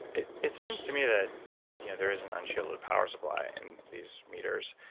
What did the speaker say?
it it seems to me that that you know there is an unshielded power supply in these meters,